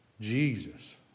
Jesus